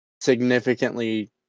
significantly